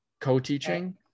Co-teaching